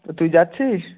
তো তুই যাচ্ছিস